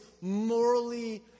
morally